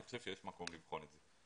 אני חושב שיש מקום לבחון את זה.